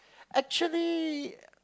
actually